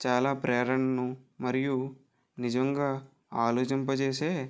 చాలా ప్రేరణను మరియు నిజంగా ఆలోచింపజేసే